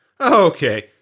okay